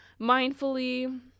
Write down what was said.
mindfully